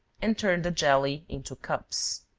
and turn the jelly into cups.